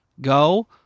go